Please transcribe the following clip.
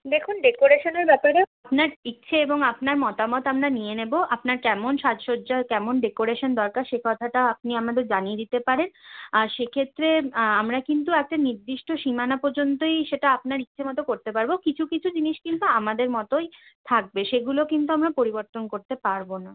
দেখুন ডেকোরেশনের ব্যাপারে আপনার ইচ্ছে এবং আপনার মতামত আমরা নিয়ে নেবো আপনার কেমন সাজসজ্জা কেমন ডেকোরেশন দরকার সে কথাটা আপনি আমাদের জানিয়ে দিতে পারেন আর সে ক্ষেত্রে আমরা কিন্তু একটা নির্দিষ্ট সীমানা পর্যন্তই সেটা আপনার ইচ্ছে মত করতে পারবো কিছু কিছু জিনিস কিন্তু আমাদের মতই থাকবে সেগুলো কিন্তু আমরা পরিবর্তন করতে পারবো না